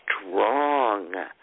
strong